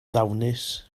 ddawnus